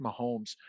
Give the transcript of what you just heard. Mahomes